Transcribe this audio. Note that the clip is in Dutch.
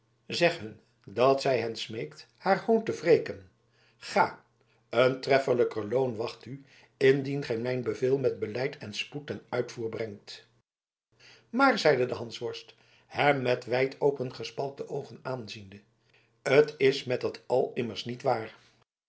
zeg hun dat zij hen smeekt haar hoon te wreken ga een treffelijk loon wacht u indien gij mijn bevel met beleid en spoed ten uitvoer brengt maar zeide de hansworst hem met wijdopgespalkte oogen aanziende t is met dat al immers niet waar